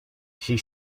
she